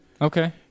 Okay